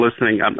listening